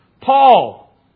Paul